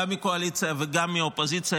גם מהקואליציה וגם מהאופוזיציה,